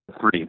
Three